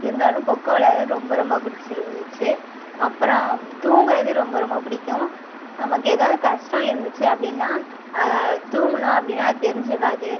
இருந்தாலும் கொக்கோ விளையாடுறது ரொம்ப ரொம்ப பிடிச்சிருந்ச்சி அப்புறம் தூங்குறது ரொம்ப ரொம்ப பிடிக்கும் நமக்கு ஏதாவது கஷ்டம் இருந்துச்சி அப்படின்னா தூங்கினோம் அப்படின்னா அது தெரிஞ்சிக்காது